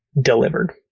delivered